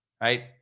Right